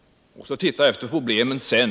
och titta efter problemen sedan!